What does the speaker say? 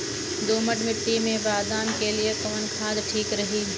दोमट मिट्टी मे बादाम के लिए कवन खाद ठीक रही?